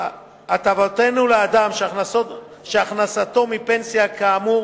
ההטבות יינתנו לאדם שהכנסתו מפנסיה כאמור